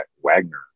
Wagner